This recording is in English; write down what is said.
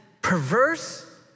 perverse